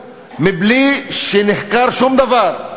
בלי שנחקר שום דבר,